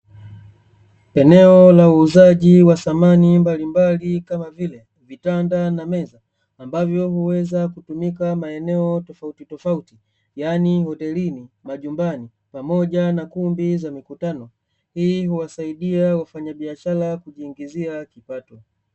Eneo la uuzaji wa samani mbalimbali kama vile vitanda na meza ambavyo huweza kutumika maeneo tofautitofauti yaani hotelini, majumbani pamoja na kumbi za mikutano hii huwasaidia wafanyabiashara kujiingizia kipato.